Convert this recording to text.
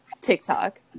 TikTok